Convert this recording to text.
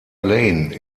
lane